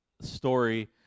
story